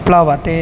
प्लवते